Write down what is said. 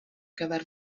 gyfer